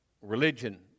religion